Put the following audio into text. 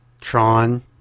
Tron